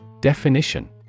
Definition